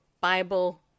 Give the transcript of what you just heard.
Bible